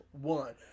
one